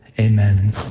amen